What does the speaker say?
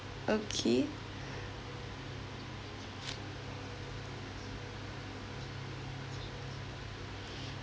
okay